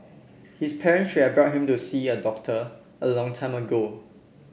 his parents should have brought him to see a doctor a long time ago